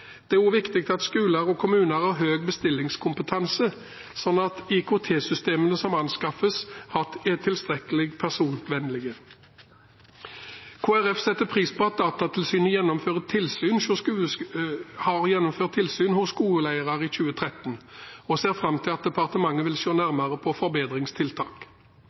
Det er også viktig at skoler og kommuner har høy bestillingskompetanse, slik at IKT-systemene som anskaffes, er tilstrekkelig personvernvennlige. Kristelig Folkeparti setter pris på at Datatilsynet har gjennomført tilsyn hos skoleeiere i 2013 og ser fram til at departementet vil se nærmere på forbedringstiltak.